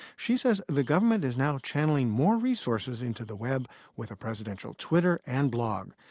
she says the government is now channeling more resources into the web with a presidential twitter and blog.